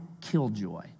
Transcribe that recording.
killjoy